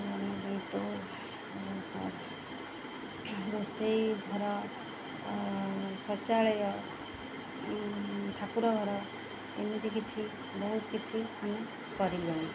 ରୋଷେଇ ଘର ଶୌଚାଳୟ ଠାକୁର ଘର ଏମିତି କିଛି ବହୁତ କିଛି ଆମେ କରିଲେଣି